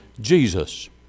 Jesus